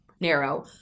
narrow